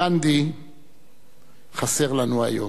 גנדי חסר לנו היום,